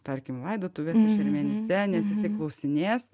tarkim laidotuvėse šermenyse nes jisai klausinės